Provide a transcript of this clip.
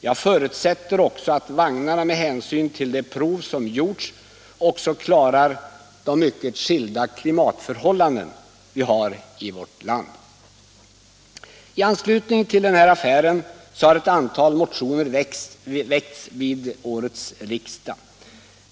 Jag förutsätter också att vagnarna med hänsyn till de prov som gjorts klarar de mycket skilda klimatförhållandena i vårt land. I anslutning till denna affär har ett antal motioner väckts vid årets riksdag.